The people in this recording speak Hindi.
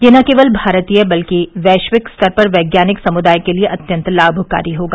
यह न केवल भारतीय बल्कि वैश्विक स्तर पर वैज्ञानिक समुदाय के लिए अत्यंत लामकारी होगा